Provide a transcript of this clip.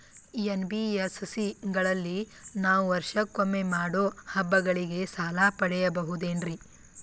NBSC ಗಳಲ್ಲಿ ನಾವು ವರ್ಷಕೊಮ್ಮೆ ಮಾಡೋ ಹಬ್ಬಗಳಿಗೆ ಸಾಲ ಪಡೆಯಬಹುದೇನ್ರಿ?